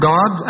God